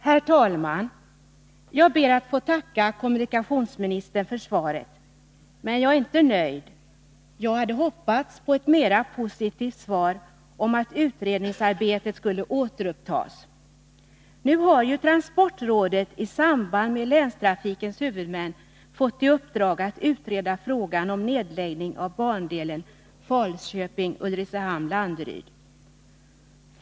Herr talman! Jag ber att få tacka kommunikationsministern för svaret. delen Falköping Men jag är inte nöjd. Jag hade hoppats på ett mer positivt svar om att Ulricehamn-Lanutredningsarbetet skulle återupptas. deryd Nu har transportrådet i samarbete med länstrafikens huvudmän fått i uppdrag att utreda frågan om nedläggning av bandelen Falköping-Ulricehamn+-Landeryd.